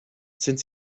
sind